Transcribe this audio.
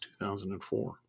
2004